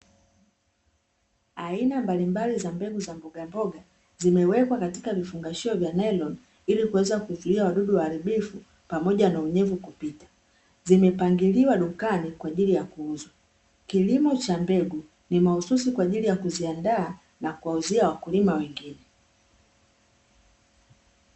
Aina mbalimbali za mbegu za mbogamboga, zimewekwa katika vifungashio vya nailoni, ili kuweza kuzuia wadudu waharibifu pamoja na unyevu kupita. Zimepangiliwa dukani kwa ajili ya kuuzwa. Kilimo cha mbegu ni mahususi kwa ajili ya kuziandaa na kuwauzia wakulima wengine.